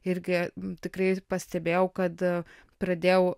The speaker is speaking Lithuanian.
irgi tikrai pastebėjau kad pradėjau